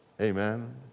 Amen